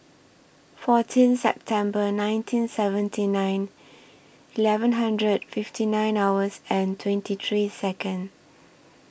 fourteen September nineteen seventy nine eleven hundred fifty nine hours and twenty three Second